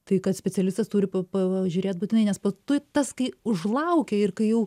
tai kad specialistas turi pa pažiūrėt būtinai nes tas kai užlaukia ir kai jau